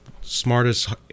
smartest